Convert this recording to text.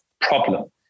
problem